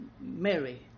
Mary